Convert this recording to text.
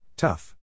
Tough